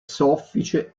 soffice